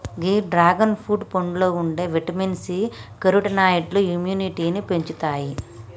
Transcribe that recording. గీ dragon fruit పండులో ఉండే vitamin C, కెరోటినాయిడ్లు ఇమ్యునిటీని పెంచుతాయి